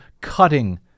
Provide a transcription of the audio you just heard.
cutting